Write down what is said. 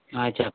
ఆయి చె